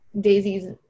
Daisy's